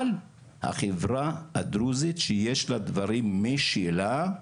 אבל, החברה הדרוזית שיש לה דברים משלה,